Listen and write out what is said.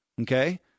Okay